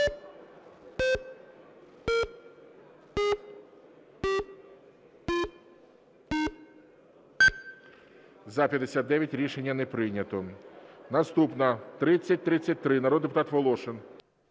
За-59 Рішення не прийнято. Наступна 3033. Народний депутат Волошин.